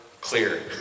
clear